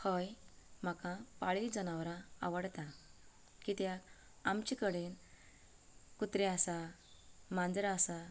हय म्हाका पाळीव जनावरां आवडटात कित्याक आमचे कडेन कुत्रे आसात माजरां आसात